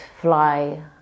fly